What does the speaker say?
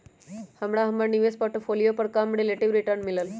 हमरा हमर निवेश पोर्टफोलियो पर कम रिलेटिव रिटर्न मिलल